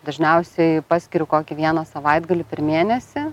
dažniausiai paskiriu kokį vieną savaitgalį per mėnesį